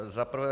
Za prvé.